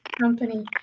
company